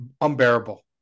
unbearable